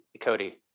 Cody